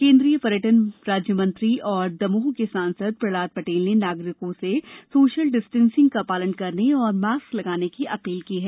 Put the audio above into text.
केन्द्रीय पर्यटन राज्य मंत्री और दमोह के सांसद प्रहलाद पटेल ने नागरिकों से सोशल डिस्टेंसिंग का पालन करने और मास्क लगाने की अपील की है